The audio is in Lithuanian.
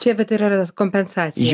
čia vat ir yra tas kompensacija